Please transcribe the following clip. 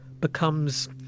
becomes